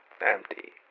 empty